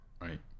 right